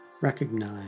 Recognize